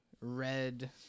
red